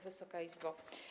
Wysoka Izbo!